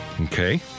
Okay